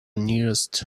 nearest